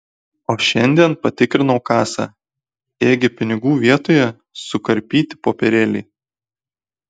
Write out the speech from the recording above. o šiandien patikrinau kasą ėgi pinigų vietoje sukarpyti popierėliai